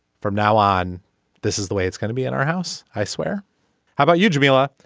from now on this is the way it's gonna be in our house i swear how about you jamila.